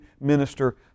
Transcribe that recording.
minister